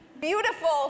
beautiful